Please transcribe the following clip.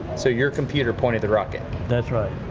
so your computer pointed the rocket? that's right.